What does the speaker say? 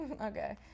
Okay